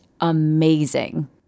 amazing